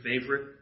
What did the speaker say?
favorite